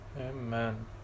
Amen